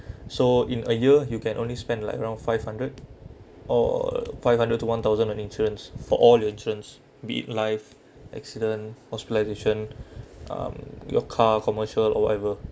so in a year you can only spend like around five hundred or five hundred to one thousand on insurance for all your insurance be it life accident hospitalisation um your car commercial or whatever